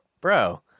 bro